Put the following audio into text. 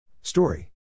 Story